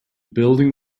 building